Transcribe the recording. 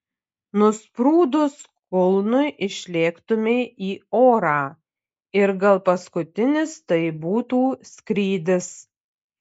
nusprūdus kulnui išlėktumei į orą ir gal paskutinis tai būtų skrydis